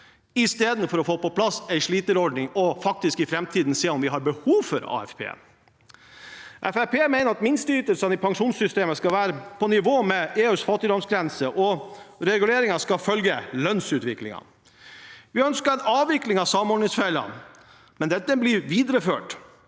istedenfor å få på plass en sliterordning og faktisk i framtiden se om vi har behov for AFP. Fremskrittspartiet mener at minsteytelsene i pensjonssystemet skal være på nivå med EUs fattigdomsgrense, og at reguleringen skal følge lønnsutviklingen. Vi ønsker en avvikling av samordningsfellen, men det blir videreført.